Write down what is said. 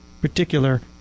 particular